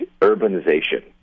urbanization